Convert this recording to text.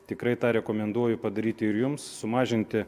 tikrai tą rekomenduoju padaryti ir jums sumažinti